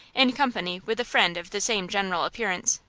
in company with a friend of the same general appearance.